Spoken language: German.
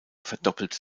verdoppelte